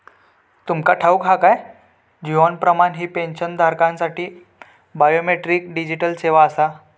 तुमका ठाऊक हा काय? जीवन प्रमाण ही पेन्शनधारकांसाठी बायोमेट्रिक डिजिटल सेवा आसा